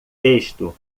texto